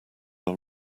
are